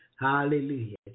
Hallelujah